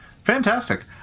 Fantastic